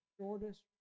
shortest